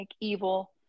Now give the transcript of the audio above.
evil